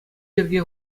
йӗрке